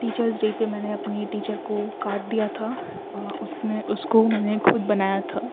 teachers day پہ میں نے اپنی ٹیچر کو کارڈ دیا تھا اس میں اس کو میں نے کھود بنایا تھا